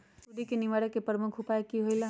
सुडी के निवारण के प्रमुख उपाय कि होइला?